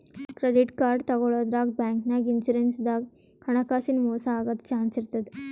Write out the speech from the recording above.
credit card ತಗೋಳಾದ್ರಾಗ್, ಬ್ಯಾಂಕ್ನಾಗ್, insurance ದಾಗ್ ಹಣಕಾಸಿನ್ ಮೋಸ್ ಆಗದ್ ಚಾನ್ಸ್ ಇರ್ತದ್